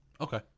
Okay